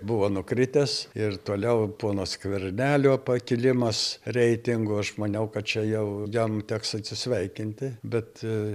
buvo nukritęs ir toliau pono skvernelio pakilimas reitingų aš maniau kad čia jau jam teks atsisveikinti bet